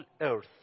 earth